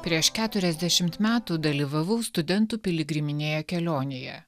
prieš keturiasdešim metų dalyvavau studentų piligriminėje kelionėje